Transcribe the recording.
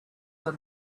were